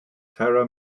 tara